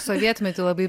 sovietmetį labai